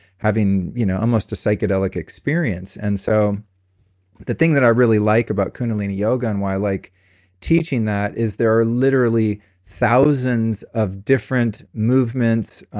having you know almost a psychedelic experience, and so the thing that i really like about kundalini yoga and why i like teaching that is there are literally thousands of different movements,